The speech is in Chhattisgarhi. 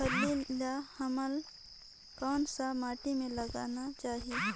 फल्ली ल हमला कौन सा माटी मे लगाना चाही?